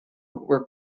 were